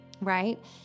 right